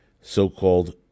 so-called